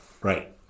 right